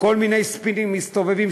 יש כל מיני ספינים שמסתובבים,